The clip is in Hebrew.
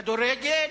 כדורגל,